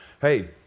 hey